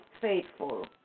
faithful